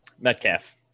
Metcalf